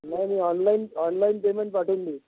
नाही मी online online payment पाठवून देईन